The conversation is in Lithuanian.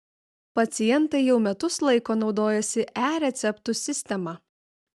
pacientai jau metus laiko naudojasi e receptų sistema